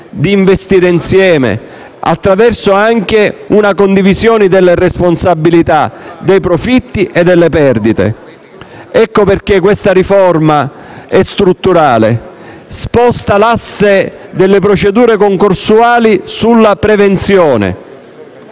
e investire insieme, anche attraverso una condivisione delle responsabilità, dei profitti e delle perdite. Per queste ragioni la riforma è strutturale. Sposta l'asse delle procedure concorsuali sulla prevenzione,